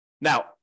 Now